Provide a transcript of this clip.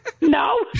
No